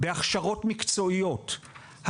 בהכשרות מקצועיות.